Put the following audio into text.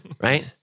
right